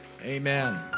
Amen